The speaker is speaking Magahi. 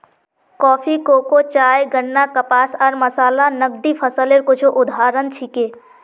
कॉफी, कोको, चाय, गन्ना, कपास आर मसाला नकदी फसलेर कुछू उदाहरण छिके